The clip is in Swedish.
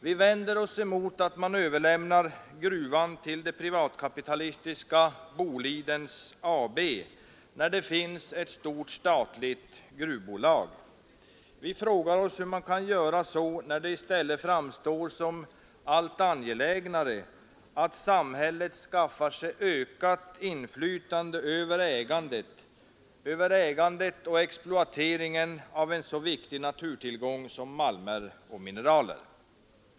Vi vänder oss emot att man överlämnar gruvan till det privatkapitalistiska Boliden AB, när det finns ett stort statligt gruvbolag. Vi frågar oss hur man kan göra så, när det i stället framstår som allt angelägnare att samhället skaffar sig ökat inflytande över ägandet och exploateringen av en så viktig naturtillgång som malmer och mineraler.